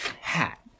Hat